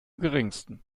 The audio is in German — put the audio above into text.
geringsten